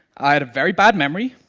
i had a very bad memory,